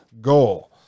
goal